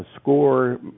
SCORE